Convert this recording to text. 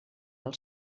del